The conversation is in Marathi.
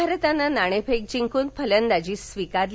भारतानं नाणेफेक जिंकून फलंदाजी स्वीकारली